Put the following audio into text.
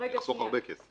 זה יחסוך הרבה כסף ללווים.